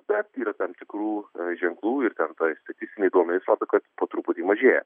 bet yra tam tikrų ženklų ir ten toj statistiniai duomenys rodo kad po truputį mažėja